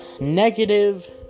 negative